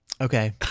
Okay